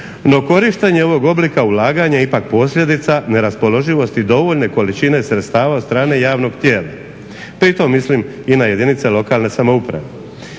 No korištenje ovog oblika ulaganja ipak posljedica neraspoloživosti dovoljne količine sredstava od strane javnog tijela. Pri tome mislim i na jedinice lokalne samouprave.